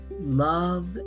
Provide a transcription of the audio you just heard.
Love